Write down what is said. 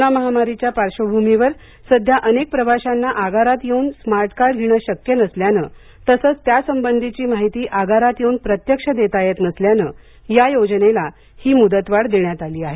corona महामारीच्या पार्श्वभूमीवर सध्या अनेक प्रवाशांना आगारात येऊन स्मार्ट कार्ड घेणं शक्य नसल्यानं तसंच त्यासंबंधीची माहिती आगारात येऊन प्रत्यक्ष देता येत नसल्यानं या योजनेला ही मुदतवाढ देण्यात आली आहे